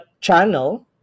channel